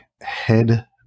head